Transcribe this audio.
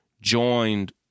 joined